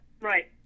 Right